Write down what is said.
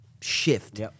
shift